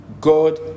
God